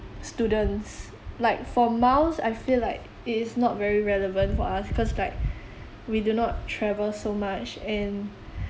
students like for miles I feel like it is not very relevant for us cause like we do not travel so much and